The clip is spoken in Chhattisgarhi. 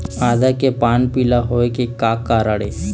आदा के पान पिला होय के का कारण ये?